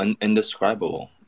indescribable